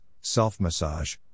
self-massage